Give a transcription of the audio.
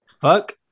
Fuck